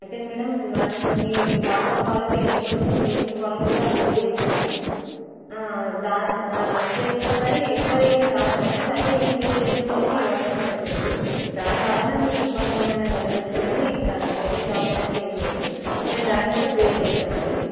అయితే మ్యాడమ్ మనం నీ వాటర్ క్వాలిటీ ఎంత ఉందో బ్లీచింగ్ క్వాలిటీ కూడా అంతే వేస్తాము దా అంతే ఇస్తాము కానీ ఎక్కువ ఏమ్ రాదు మ్యాడమ్ అదే ఈ టూ డేస్ నుంచి అయితే ఈ వర్క్ నడుస్తుంది దాని వల్లన మీకు ఇబ్బంది ఏమైన కలగచ్చు కానీ ఇంకా వేరే ప్రాబ్లమ్ అయితే ఏమి లేదు మేము దాన్ని కూడా క్లియర్ చేస్తాం అండి